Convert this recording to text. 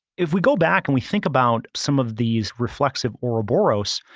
if we go back and we think about some of these reflexive ouroboros,